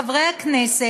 של חברי הכנסת,